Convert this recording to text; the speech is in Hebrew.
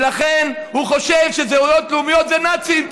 ולכן הוא חושב שזהויות לאומיות זה נאצים,